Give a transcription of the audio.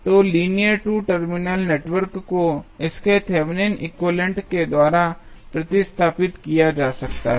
तो linear 2 terminal network को इसके थेवेनिन एक्विवैलेन्ट Thevenins equivalent के द्वारा प्रतिस्थापित किया जा सकता है